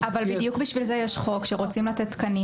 בדיוק בשביל זה יש חוק ורוצים לתת תקנים